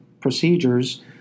procedures